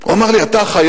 הוא אמר לי: אתה חייב,